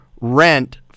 rent